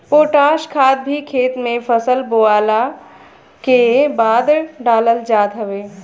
potash खाद भी खेत में फसल बोअला के बाद डालल जात हवे